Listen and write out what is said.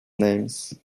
names